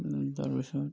তাৰপিছত